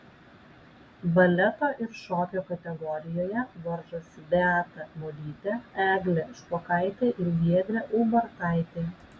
baleto ir šokio kategorijoje varžosi beata molytė eglė špokaitė ir giedrė ubartaitė